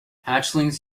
hatchlings